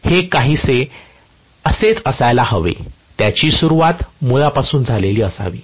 हे काहीसे असेच असायला हवे होते त्याची सुरुवात मुळापासून झाली असावी